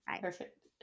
Perfect